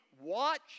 watch